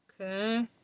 Okay